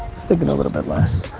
thinking a little bit less.